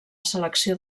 selecció